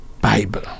Bible